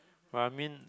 but I mean